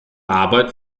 arbeit